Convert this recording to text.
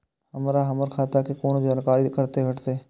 हमरा हमर खाता के कोनो जानकारी कते भेटतै